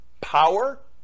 power